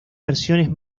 versiones